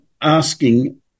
asking